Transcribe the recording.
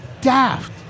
daft